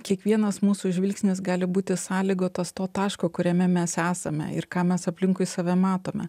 kiekvienas mūsų žvilgsnis gali būti sąlygotas to taško kuriame mes esame ir ką mes aplinkui save matome